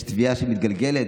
יש תביעה שמתגלגלת.